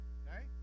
okay